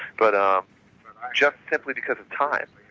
but ah just simply because of time.